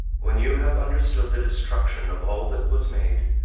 when you have understood the destruction of all that was made,